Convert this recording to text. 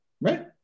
Right